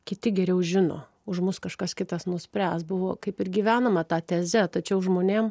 kiti geriau žino už mus kažkas kitas nuspręs buvo kaip ir gyvenama ta teze tačiau žmonėm